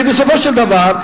אני בסופו של דבר,